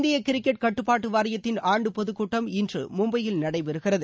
இந்திய கிரிக்கெட் கட்டுப்பாட்டு வாரியத்தின் ஆண்டு பொதுக் கூட்டம் இன்று மும்பையில் நடைபெறுகிறது